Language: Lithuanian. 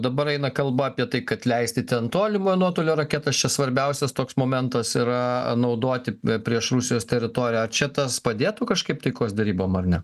dabar eina kalba apie tai kad leisti ten tolimojo nuotolio raketas čia svarbiausias toks momentas yra naudoti prieš rusijos teritoriją ar čia tas padėtų kažkaip taikos derybom ar ne